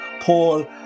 paul